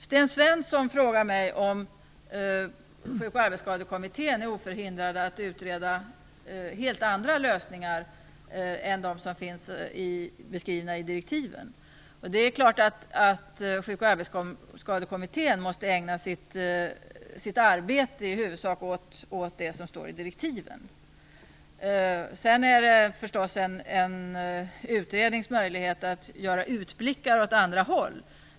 Sten Svensson frågar mig om Sjuk och arbetsskadekommittén är oförhindrad att utreda helt andra lösningar än dem som finns beskrivna i direktiven. Kommittén måste naturligtvis i huvudsak ägna sitt arbete åt det som står i direktiven. Sedan är det förstås möjligt för utredningen att göra utblickar åt andra håll.